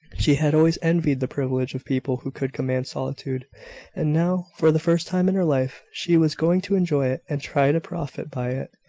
she had always envied the privilege of people who could command solitude and now, for the first time in her life, she was going to enjoy it, and try to profit by it.